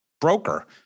broker